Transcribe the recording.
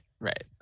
Right